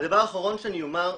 הדבר האחרון שאני אומר,